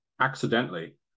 Accidentally